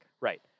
Right